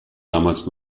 damals